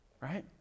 Right